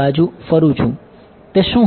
બાજુ ફરું છુ તે શું હશે